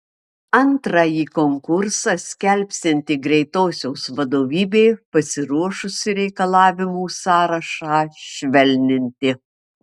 antrąjį konkursą skelbsianti greitosios vadovybė pasiruošusi reikalavimų sąrašą švelninti